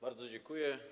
Bardzo dziękuję.